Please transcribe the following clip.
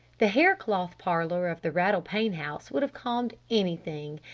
the hair-cloth parlor of the rattle-pane house would have calmed anything.